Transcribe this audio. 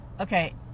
Okay